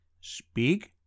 speak